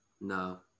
No